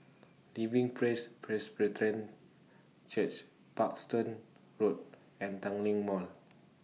Living Praise Presbyterian Church Parkstone Road and Tanglin Mall